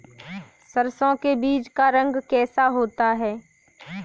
सरसों के बीज का रंग कैसा होता है?